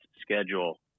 schedule